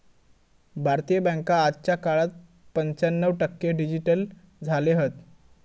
भारतीय बॅन्का आजच्या काळात पंच्याण्णव टक्के डिजिटल झाले हत